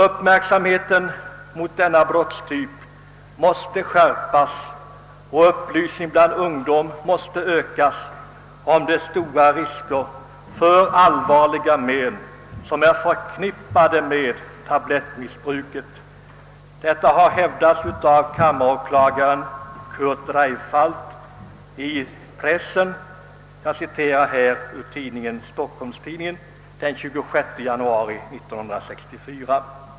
»Uppmärksamheten mot denna brottstyp måste skärpas och upplysning bland ungdom måste ökas om de stora risker för allvarliga men, som är förknippade med tablettmissbruk«», har hävdats av kammaråklagaren Curt Dreifaldt i pressen, jag citerar här ur Stockholms Tidningen den 26 januari 1964.